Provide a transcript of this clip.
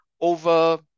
over